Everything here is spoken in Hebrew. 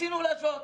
רצינו להשוות.